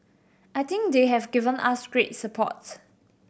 I think they have given us great support